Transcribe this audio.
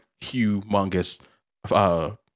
humongous